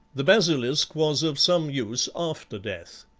the basilisk was of some use after death.